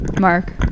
Mark